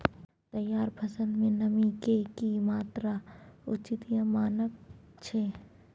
तैयार फसल में नमी के की मात्रा उचित या मानक छै?